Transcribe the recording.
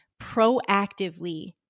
proactively